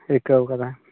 ᱟᱹᱭᱠᱟᱹᱣ ᱠᱟᱫᱟ